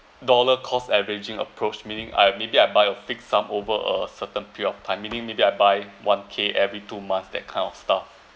dollar cost averaging approach meaning I maybe I buy a fixed sum over a certain period of time meaning maybe I buy one K every two months that kind of stuff